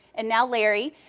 and now larry,